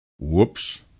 Whoops